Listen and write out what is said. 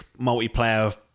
multiplayer